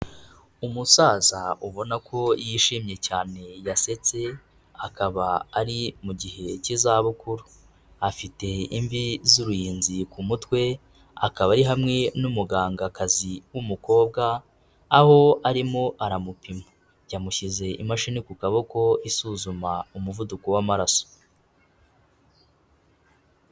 Umusaza ubona ko yishimye cyane, yasetse, akaba ari mu gihe cy'izabukuru. Afite imvi z'uruyenzi ku mutwe, akaba ari hamwe n'umugangakazi w'umukobwa, aho arimo aramupima. Yamushyize imashini ku kaboko isuzuma umuvuduko w'amaraso.